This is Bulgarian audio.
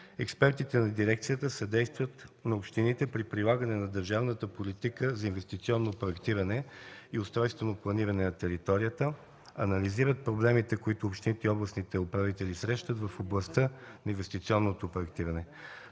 Експертите на дирекцията съдействат на общините при прилагане на държавната политика за инвестиционно проектиране и устройствено планиране на територията, анализират проблемите, които общините и областните управители срещат в областта на инвестиционното проектиране.